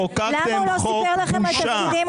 חוקקתם חוק בושה.